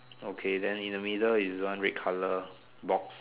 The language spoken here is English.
okay then in the middle is one red colour box